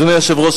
אדוני היושב-ראש,